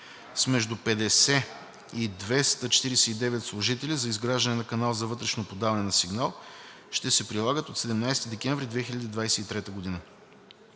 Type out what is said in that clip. с между 50 и 249 служители за изграждане на канал за вътрешно подаване на сигнал ще се прилагат от 17 декември 2023 г.